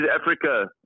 Africa